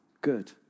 good